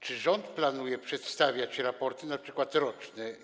Czy rząd planuje przedstawiać raporty, np. roczne?